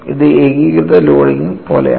ഇത് ഏകീകൃത ലോഡിംഗ് പോലെയാണ്